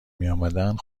میآمدند